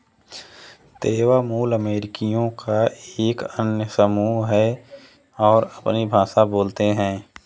तेवा मूल अमेरिकियों का एक अन्य समूह है और अपनी भाषा बोलते हैं